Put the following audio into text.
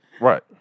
Right